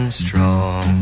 strong